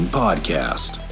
podcast